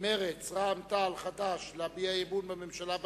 ומרצ רע"ם-תע"ל חד"ש להביע אי-אמון בממשלה.